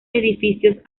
edificios